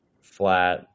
flat